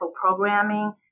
programming